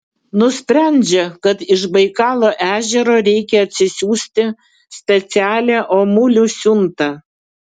nusprendžia kad iš baikalo ežero reikia atsisiųsti specialią omulių siuntą